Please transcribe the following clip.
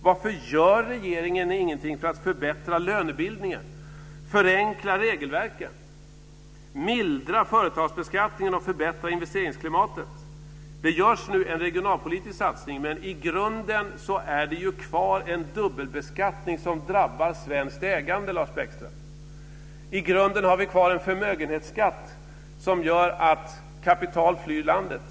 Varför gör regeringen ingenting för att förbättra lönebildningen, förenkla regelverken, mildra företagsbeskattningen och förbättra investeringsklimatet? Det görs nu en regionalpolitisk satsning, men i grunden finns en dubbelbeskattning kvar som drabbar svenskt ägande, Lars Bäckström. I grunden har vi kvar en förmögenhetsskatt som gör att kapital flyr landet.